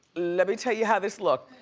let me tell you how this looked.